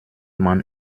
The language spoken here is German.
man